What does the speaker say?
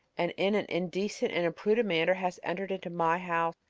and in an indecent and imprudent manner hast entered into my house,